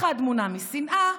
אחד מונע משנאה,